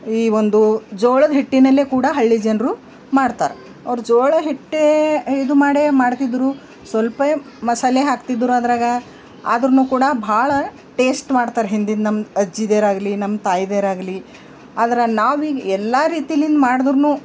ಈ ಒಂದು ಜೋಳದ ಹಿಟ್ಟಿನಲ್ಲೇ ಕೂಡ ಹಳ್ಳಿ ಜನರು ಮಾಡ್ತಾರೆ ಅವ್ರು ಜೋಳ ಹಿಟ್ಟೇ ಇದು ಮಾಡೇ ಮಾಡ್ತಿದ್ರು ಸ್ವಲ್ಪೇ ಮಸಾಲೆ ಹಾಕ್ತಿದ್ರು ಅದರಾಗ ಆದರೂ ಕೂಡ ಭಾಳ ಟೇಸ್ಟ್ ಮಾಡ್ತಾರೆ ಹಿಂದಿಂದ ನಮ್ಮ ಅಜ್ಜಿಯರಾಗ್ಲಿ ನಮ್ಮ ತಾಯಿದೆರಾಗಲಿ ಆದ್ರೆ ನಾವಿಗ ಎಲ್ಲಾ ರೀತಿಲಿಂದ ಮಾಡಿದ್ರೂ